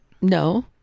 No